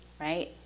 Right